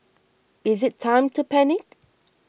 is it time to panic